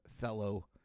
fellow